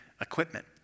equipment